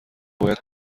باید